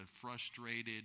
frustrated